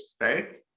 right